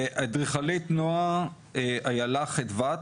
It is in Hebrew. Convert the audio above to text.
אדריכלית נעה אילה חדוות,